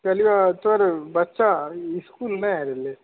कहलियौ तोर बच्चा इसकुल नहि एलै